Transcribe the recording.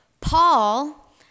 Paul